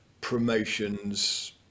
promotions